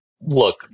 Look